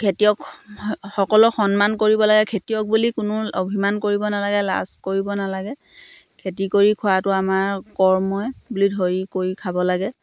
খেতিয়ক স সকলক সন্মান কৰিব লাগে খেতিয়ক বুলি কোনো অভিমান কৰিব নালাগে লাজ কৰিব নালাগে খেতি কৰি খোৱাটো আমাৰ কৰ্মই বুলি ধৰি কৰি খাব লাগে